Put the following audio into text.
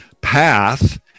path